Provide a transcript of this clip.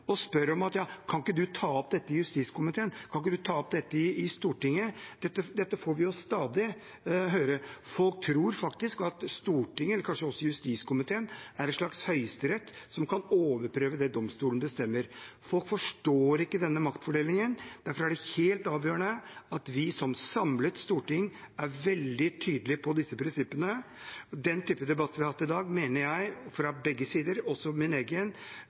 og spør om vi kan ta det opp i justiskomiteen, i Stortinget. Dette får vi stadig høre. Folk tror faktisk at Stortinget, kanskje også justiskomiteen, er en slags høyesterett som kan overprøve det domstolene bestemmer. Folk forstår ikke denne maktfordelingen. Derfor er det helt avgjørende at vi som samlet storting er veldig tydelige på disse prinsippene. Og den typen debatt vi har hatt i dag – fra begge sider, også min egen